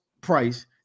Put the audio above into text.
price